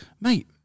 mate